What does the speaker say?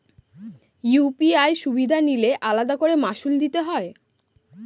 UPI সুবিধা নিলে আলাদা করে মাসুল দিতে হয়?